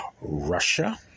Russia